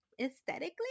aesthetically